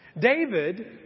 David